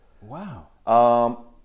Wow